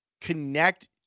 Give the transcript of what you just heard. connect